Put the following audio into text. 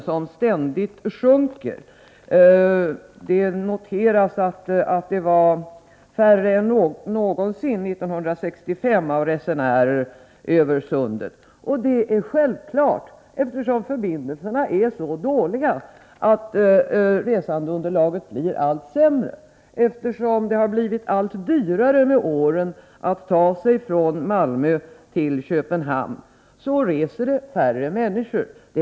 För 1965 noteras att antalet resenärer över sundet var mindre än någonsin. När förbindelserna är så dåliga som de är blir självfallet resandeunderlaget allt sämre. Med åren har det dessutom blivit allt dyrare att ta sig från Malmö till Köpenhamn. Således reser färre människor den sträckan.